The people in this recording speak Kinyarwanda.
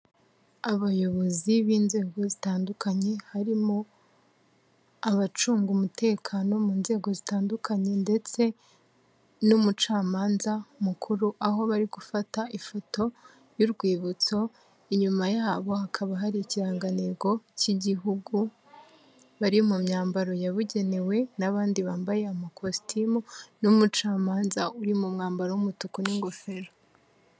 Abayobozi b'inzego zitandukanye, harimo abacunga umutekano mu nzego zitandukanye ndetse n'umucamanza mukuru, aho bari gufata ifoto y'urwibutso, inyuma yabo hakaba hari ikirangantego cy'igihugu, bari mu myambaro yabugenewe n'abandi bambaye amakositimu n'umucamanza uri mu mwambaro w'umutuku n'ingofero.